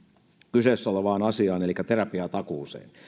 kyseessä olevaan asiaan elikkä terapiatakuuseen